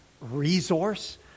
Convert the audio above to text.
resource